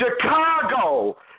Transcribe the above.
Chicago